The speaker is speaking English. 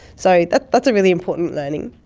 so that's a really important learning.